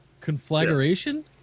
conflagration